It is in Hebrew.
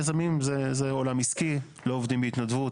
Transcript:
יזמים זה עולם עסקי, לא עובדים בהתנדבות.